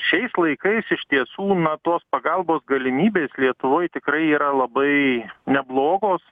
šiais laikais iš tiesų na tos pagalbos galimybės lietuvoj tikrai yra labai neblogos